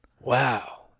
wow